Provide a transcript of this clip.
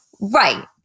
right